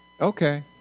Okay